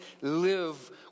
live